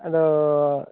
ᱟᱫᱚᱻ